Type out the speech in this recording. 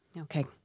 Okay